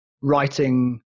writing